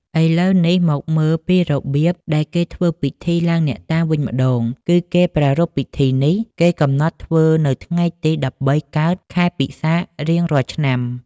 ឥឡូវនេះមកមើលពីរបៀបដែលគេធ្វើពិធីឡើងអ្នកតាវិញម្ដង គឺគេប្រារព្វពិធីនេះ គេកំណត់ធ្វើនៅថ្ងៃ ១៣ កើត ខែពិសាខរៀងរាល់ឆ្នាំ ។